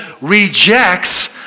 rejects